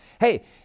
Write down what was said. hey